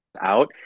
out